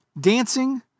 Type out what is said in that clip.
Dancing